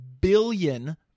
billion